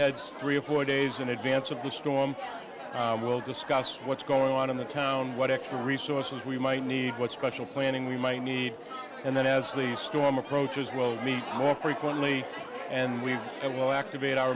heads three or four days in advance of the storm and we'll discuss what's going on in the town what extra resources we might need what special planning we might need and then as the storm approaches we'll meet more frequently and we will activate our